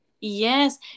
Yes